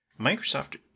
Microsoft